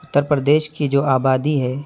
اتّر پردیش کی جو آبادی ہے